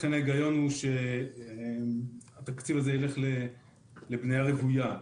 לכן ההיגיון הוא שהתקציב הזה ילך לבנייה רוויה.